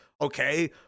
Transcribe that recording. okay